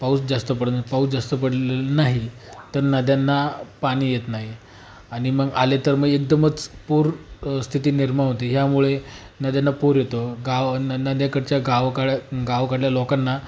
पाऊस जास्त पडंना पाऊस जास्त पडलेलं नाही तर नद्यांना पाणी येत नाही आणि मग आले तर मग एकदमच पूर स्थिती निर्माण होती ह्यामुळे नद्यांना पूर येतो गावांना नद्याकडच्या गावकड्या गावकडल्या लोकांना